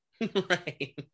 Right